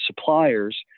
suppliers